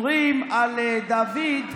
אומרים על דוד,